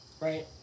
Right